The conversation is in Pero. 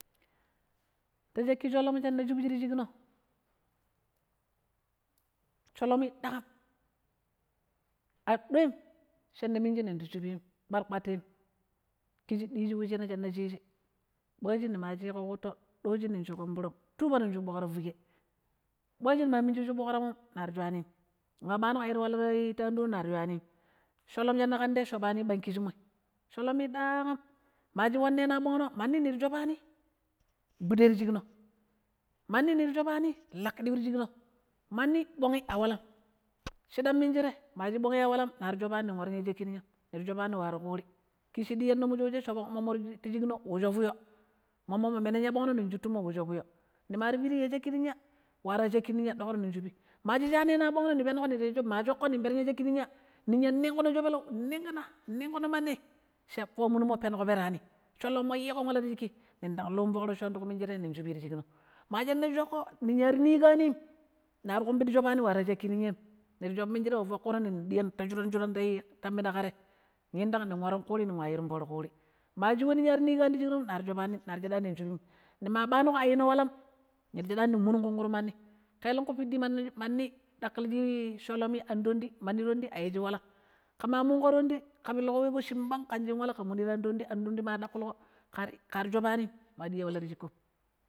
﻿Ta shaƙƙi sholom shinna shubishi ti shiƙƙno, sholomi ɗaƙam a ɗoim shinna minji nin shubim, kpar-kpatim, ƙiji ɗiji wushina shinna chiji, ɓaaji nima shiƙo kotto ɗoji ning chui ƙomvorom tuupa ning chui ɓokra fu'nge, ɓaaji nima minji shu boƙramon na ta chuwanim, nima ɓanuƙo ayi wala ta ii ta anɗonom na ta chuwanim, sholom shinna ƙan te shoɓani pang ƙijimoi sholomi ɗaakam mashi wanneno ya ɓongno mandi ni ta shopani gbuɗe ti shiƙno mandi ni ta shobani laƙƙiɗiu ti shiƙino mauni ɓong'i awalam shiɗam minjire ma shi ɓog'i a walam na ta shopani waara shaƙƙi ninyam ni ta shobani waro ƙuuri kiji shi ɗiyannomo shooje shopammo shir shiƙ nommo wo sho fuyo munmo menan ya ɓongno nin shutumo teje wu sho fuyo nimari piri ya shaƙƙi ninya waaro shaƙƙi ninya ɗoƙro nin shubi ma sha menan ya ɓongno ɗokro mipen nishoƙo ning waron yashaki ninya, ninyan ninƙuna, sho peleu ninƙina ninƙino mandi sha pamunummo penuƙo pirani sholomo yiƙon waala ti shiƙƙi ning ndang luun foƙ roccono tuƙu minjire nin shubi ti shikno ma shine shoƙƙo ninya ar niƙanim nari ƙumbiɗi shobani wara shaƙƙi ninyam nira shubu minje wu foƙ ƙuno nindi ɗi yiddi yon ta shuran-shuran ƙa te yindang nin waro ƙuuri ninwa yirun foora ƙuri, ma we shi ninya ar niƙanim ti shiƙnom na shani nari shadani nin shubini nima ɓaonu ƙo ayino walam ti shuknom nira shadani nim yun kunƙu kelangƙu pidi manni ɗaƙiliji sholomi an tondi mandi tondi ayishi walam ke ma munko tondi ƙa piliƙo we shin ɓang ƙan shin wala kan tan tondi, an tonɗi ma daƙƙuluƙo kari shobanim kar yuwala ti shiƙƙom.